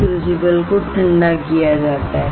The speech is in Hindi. क्रूसिबलको ठंडा किया जाता है